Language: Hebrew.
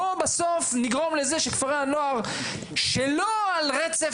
בוא בסוף נגרום לזה שכפרי הנוער שלא על רצף